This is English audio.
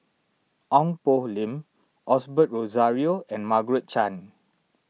Ong Poh Lim Osbert Rozario and Margaret Chan